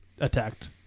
attacked